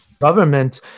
government